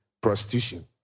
prostitution